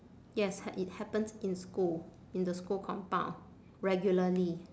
yes ha~ it happens in school in the school compound regularly